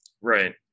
Right